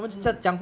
mm